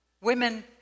Women